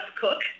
cook